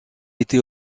été